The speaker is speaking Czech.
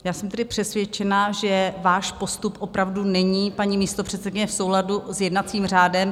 Já jsem tedy přesvědčena, že váš postup opravdu není, paní místopředsedkyně, v souladu s jednacím řádem.